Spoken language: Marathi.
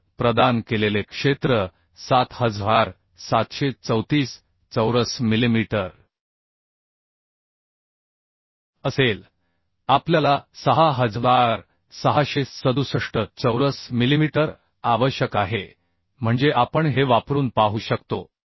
तर प्रदान केलेले क्षेत्र 7734 चौरस मिलिमीटर असेल आपल्याला 6667 चौरस मिलिमीटर आवश्यक आहे म्हणजे आपण हे वापरून पाहू शकतो